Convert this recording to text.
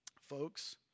Folks